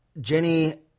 Jenny